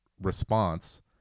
response